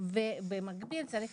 אלה דברים שהרבה פעמים נצרבים אבל כשהיא